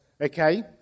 okay